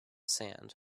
sand